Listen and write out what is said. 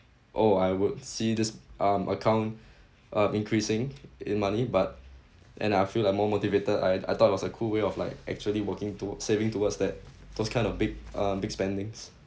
oh I would see this um account uh increasing in money but and I feel like more motivated I I thought it was a cool way of like actually working to saving towards that those kind of big uh big spendings